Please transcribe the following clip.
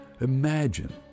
imagine